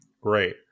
Great